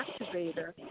activator